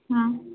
ହଁ